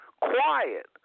quiet